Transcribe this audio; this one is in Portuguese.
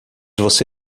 você